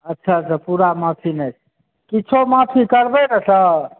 अच्छा अच्छा पूरा माफी नहि छै किछो माफी करबै ने सर